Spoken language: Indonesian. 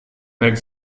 baik